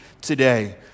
today